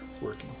working